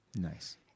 Nice